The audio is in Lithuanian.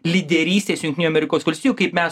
lyderystės jungtinių amerikos valstijų kaip mes